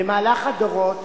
במהלך הדורות